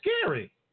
scary